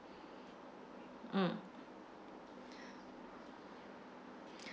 mm